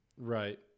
right